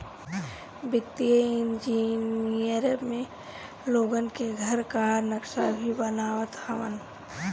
वित्तीय इंजनियर में लोगन के घर कअ नक्सा भी बनावत हवन